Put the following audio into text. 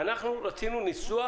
אנחנו רצינו ניסוח